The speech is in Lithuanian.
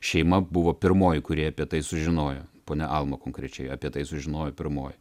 šeima buvo pirmoji kurie apie tai sužinojo ponia alma konkrečiai apie tai sužinojo pirmoji